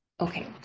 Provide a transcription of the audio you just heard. Okay